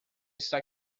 está